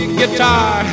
guitar